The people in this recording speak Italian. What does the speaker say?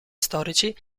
storici